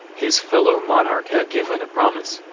his fellow monarch had given a promise,